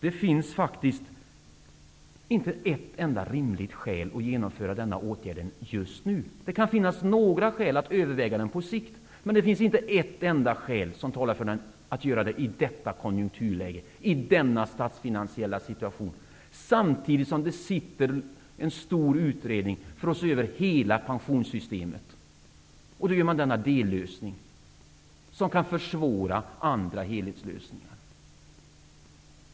Det finns faktiskt inte ett enda rimligt skäl för att genomföra detta förslag just nu -- även om det kan finnas skäl att överväga denna åtgärd på sikt -- i detta konjunkturläge, i denna statsfinansiella situation, samtidigt som det sitter en stor utredning som skall se över hela pensionssystemet. Och då tar man till denna dellösning som kan försvåra andra helhetslösningar!